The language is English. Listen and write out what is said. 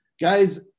Guys